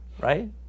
right